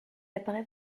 apparaît